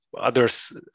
others